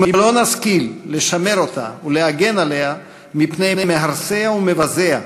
אם לא נשכיל לשמר אותה ולהגן עליה מפני מהרסיה ומבזיה,